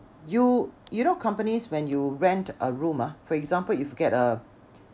you you know companies when you rent a room ah for example if you get a